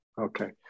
Okay